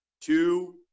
two